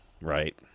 Right